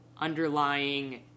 underlying